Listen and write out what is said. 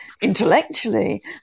intellectually